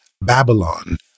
Babylon